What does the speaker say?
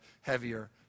heavier